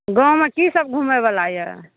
गाँवमे की सब घूमय बला यऽ